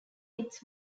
its